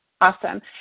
Awesome